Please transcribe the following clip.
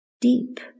deep